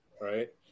right